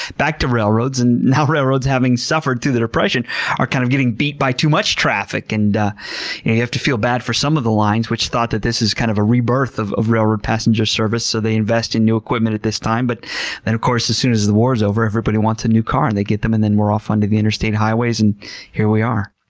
back to railroads, and now railroads having suffered through the depression are kind of getting beat by too much traffic. yeah you have to feel bad for some of the lines which thought that this is kind of a rebirth of of railroad passenger service so they invest in new equipment at this time. but then of course, as soon as the war is over, everybody wants a new car, and they get them and then we're off onto the interstate highways and here we are.